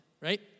right